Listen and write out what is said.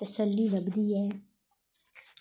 तसल्ली लब्भदी ऐ